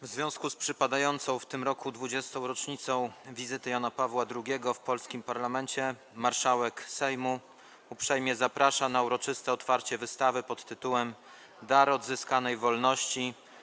W związku z przypadającą w tym roku 20. rocznicą wizyty Jana Pawła II w polskim parlamencie marszałek Sejmu uprzejmie zaprasza na uroczyste otwarcie wystawy pt. „Dar odzyskanej wolności.